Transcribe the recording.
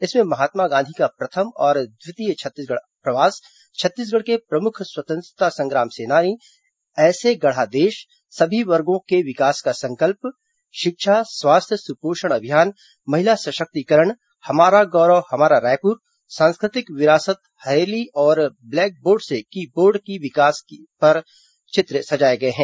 इसमें महात्मा गांधी का प्रथम और द्वितीय छत्तीसगढ़ प्रवास छत्तीसगढ़ के प्रमुख स्वतंत्रता संग्राम सेनानी ऐसे गढ़ा देश सभी वर्गो के विकास का संकल्प शिक्षा स्वास्थ्य सुपोषण अभियान महिला सशक्तिकरण हमारा गौरव हमारा रायपुर सांस्कृतिक विरासत हरेली और ब्लैक बोर्ड से की बोर्ड की ओर विकास पर चित्र सजाए गए हैं